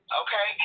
okay